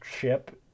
ship